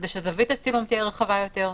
כדי שזווית הצילום תהיה רחבה יותר.